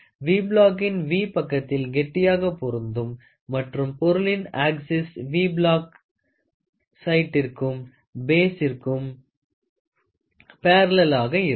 we block இன் V பக்கத்தில் கெட்டியாக பொருந்தும் மற்றும் பொருளின் ஆக்சிஸ் வி பிளாக் சைடிற்கும் பேசிற்கும் பேரல்லல்ளாக இருக்கும்